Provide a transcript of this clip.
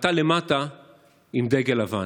ואתה למטה עם דגל לבן.